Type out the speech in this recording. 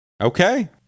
Okay